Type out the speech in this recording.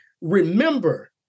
remember